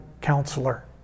counselor